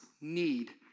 need